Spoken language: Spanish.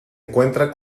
encuentra